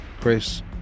Chris